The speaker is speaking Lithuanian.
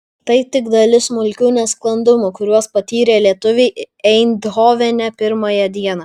tai tik dalis smulkių nesklandumų kuriuos patyrė lietuviai eindhovene pirmąją dieną